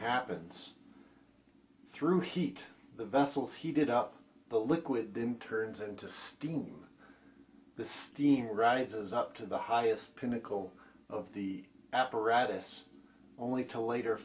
happens through heat the vessels heated up the liquid then turns into steam the steam rises up to the highest pinnacle of the apparatus only to later